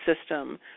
system